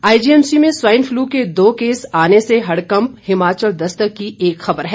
IGMC में swine flu के दो केस आने से हड़कंप हिमाचल दस्तक की एक खबर है